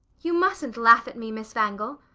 you mustn't laugh at me, miss wangel.